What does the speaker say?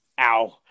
ow